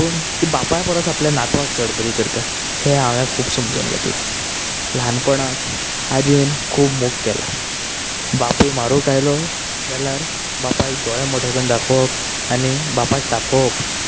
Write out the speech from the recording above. पूण ती बापाय परस आपल्या नातवाक चड बरी करता हें हांवेन खूब समजून घेतलां ल्हानपणांत आजयेन खूब मोग केला बापूय मारूंक आयलो जाल्यार बापायक दोळे मोटे करून दाखोवप आनी बापायक तापोवप